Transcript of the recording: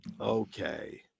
Okay